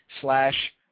slash